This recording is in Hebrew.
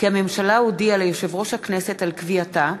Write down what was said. כי הממשלה הודיעה ליושב-ראש הכנסת על קביעתה,